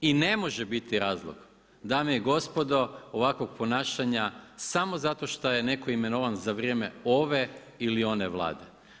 I ne može biti razlog, dame i gospodo ovakvog ponašanja samo zato šta je netko imenovan za vrijeme ove ili one Vlade.